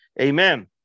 Amen